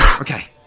Okay